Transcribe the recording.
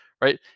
right